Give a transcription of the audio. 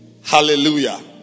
Hallelujah